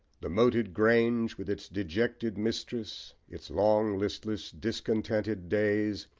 the moated grange, with its dejected mistress, its long, listless, discontented days,